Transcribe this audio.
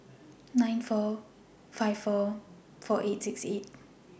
nine four five four four eight six eight